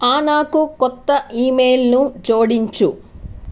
ఆనాకు క్రొత్త ఈమెయిల్ను జోడించుము